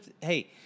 hey